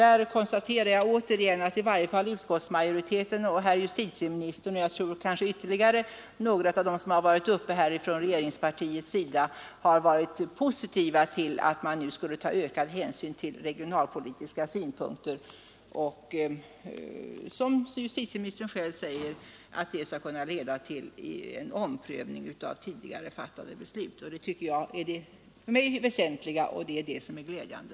Där konstaterar jag åter att i varje fall utskottsmajoriteten, justitieministern och kanske ytterligare några av talarna från regeringspartiet har varit positiva till att man nu skall ta ökade hänsyn till regionalpolitiska synpunkter, vilket, som justitieministern själv säger, kan leda till en omprövning av tidigare fattade beslut. Det är det väsentliga och det för mig glädjande.